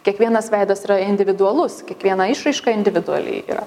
kiekvienas veidas yra individualus kiekviena išraiška individuali yra